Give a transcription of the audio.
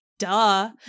Duh